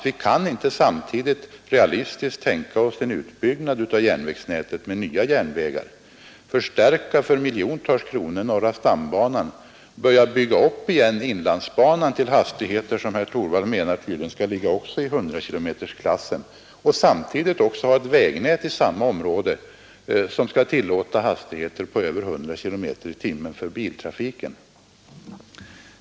Vi kan inte realistiskt tänka oss en utbyggnad av järnvägsnätet, förstärka norra stambanan för miljontals kronor, bygga ut inlandsbanan igen till hastigheter som herr Torwald menar skall ligga i 100-kilometersklassen och därtill ha ett vägnät i samma område som tillåter hastigheter för biltrafiken på över 100 kilometer i timmen.